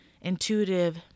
intuitive